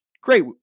great